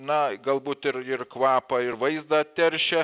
na galbūt ir ir kvapą ir vaizdą teršia